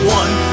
one